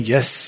Yes